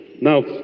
Now